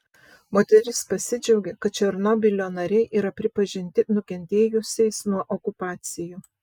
moteris pasidžiaugė kad černobylio nariai yra pripažinti nukentėjusiais nuo okupacijų